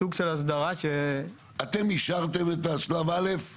סוג של הסדרה --- אתם אישרת את השלב א'?